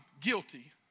guilty